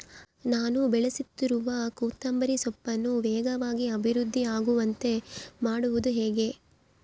ನಾನು ಬೆಳೆಸುತ್ತಿರುವ ಕೊತ್ತಂಬರಿ ಸೊಪ್ಪನ್ನು ವೇಗವಾಗಿ ಅಭಿವೃದ್ಧಿ ಆಗುವಂತೆ ಮಾಡುವುದು ಹೇಗೆ?